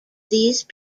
these